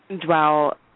dwell